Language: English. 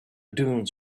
dunes